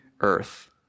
earth